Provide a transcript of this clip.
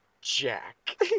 Jack